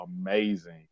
amazing